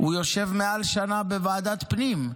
הוא יושב מעל שנה בוועדת הפנים.